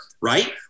right